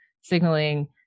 signaling